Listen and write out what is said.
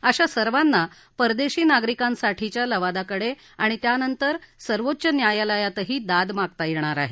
अशा सर्वांना परदेशी नागरिकांसाठीच्या लवादाकडे आणि त्यानंतर सर्वोच्च न्यालयातही दाद मागता येणार आहे